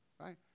right